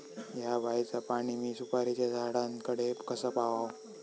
हया बायचा पाणी मी सुपारीच्या झाडान कडे कसा पावाव?